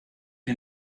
wir